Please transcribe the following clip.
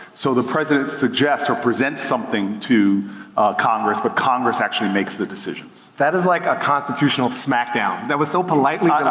so the president suggests or presents something to congress, but congress actually makes the decisions. that is like a constitutional smack down. that was so politely